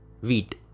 wheat